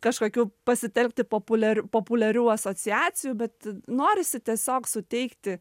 kažkokių pasitelkti populiar populiarių asociacijų bet norisi tiesiog suteikti